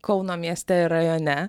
kauno mieste ir rajone